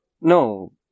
No